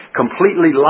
completely